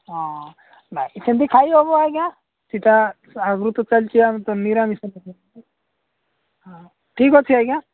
ହଁ ନା ଯଦି ଖାଇ ହେବ ଆଜ୍ଞା ସେଟା ଆଗରୁ ତ ଚାଲିଛି ଆମେ ତ ନିରାମିଷ ହଁ ଠିକ୍ ଅଛି ଆଜ୍ଞା